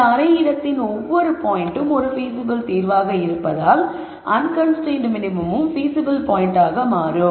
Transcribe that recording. இந்த அரை இடத்தின் ஒவ்வொரு பாயின்ட்டும் ஒரு பீசிபிள் தீர்வாக இருப்பதால் அன்கன்ஸ்ரைன்ட்டு மினிமமும் பீசிபிள் பாயின்ட்டாக மாறும்